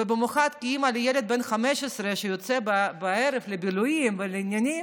ובמיוחד אימא לילד בן 15 שיוצא בערב לבילויים ולעניינים,